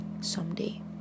someday